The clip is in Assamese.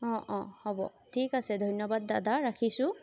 অঁ অঁ হ'ব ঠিক আছে ধন্যবাদ দাদা ৰাখিছোঁ